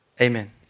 Amen